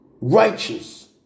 righteous